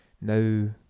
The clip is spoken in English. Now